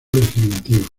legislativa